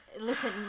listen